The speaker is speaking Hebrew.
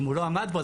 אם הוא לא עמד בו,